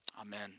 Amen